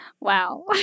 Wow